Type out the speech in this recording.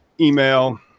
email